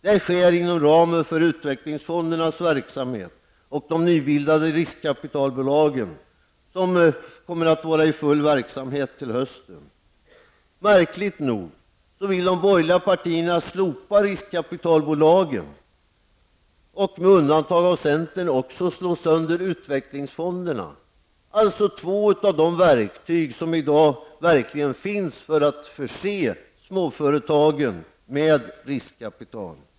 Detta sker inom ramen för utvecklingsfonderna och de nybildade riskkapitalbolagen som sannolikt kommer att vara i full verksamhet till hösten. Märkligt nog så vill de borgerliga partierna slopa riskkapitalbolagen och med undantag av centern också slå sönder utvecklingsfonderna -- alltså två av de verktyg som i dag verkligen finns för att förse småföretagen med riskkapital.